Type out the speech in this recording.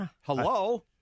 Hello